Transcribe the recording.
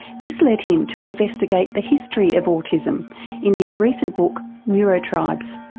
this led him to investigate the history of autism in his recent book neurotribes.